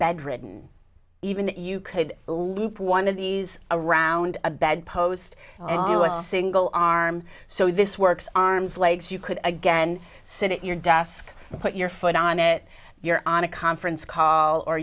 bedridden even if you could a loop one of these around a bed post a single arm so this works arms legs you could again sit at your desk put your foot on it you're on a conference call or